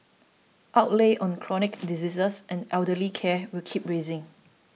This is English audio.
outlays on chronic diseases and elderly care will keep rising